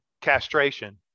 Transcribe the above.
castration